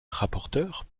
rapporteure